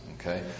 Okay